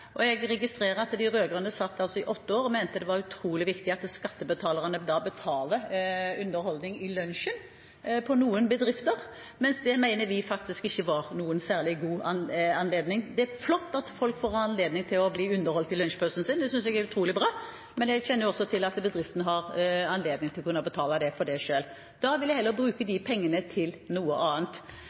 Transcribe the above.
Jeg registrerer at de rød-grønne satt i åtte år og mente det var utrolig viktig at skattebetalerne betalte underholdningen under lunsjen i noen bedrifter, mens vi mener det ikke var noen særlig god løsning. Det er flott at folk får anledning til å bli underholdt i lunsjpausen sin – det synes jeg er utrolig bra – men jeg kjenner også til at bedriftene har anledning til å kunne betale for dette selv. Da vil jeg heller bruke disse pengene til noe annet.